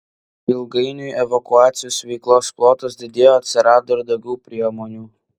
ilgainiui evakuacijos veiklos plotas didėjo atsirado ir daugiau priemonių